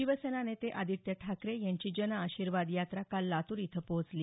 शिवसेना नेते आदित्य ठाकरे यांची जनआशिर्वाद यात्रा काल लातूर इथं पोहोचली